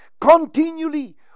continually